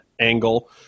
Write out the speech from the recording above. angle